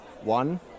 One